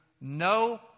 no